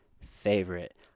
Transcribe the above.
favorite